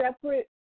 separate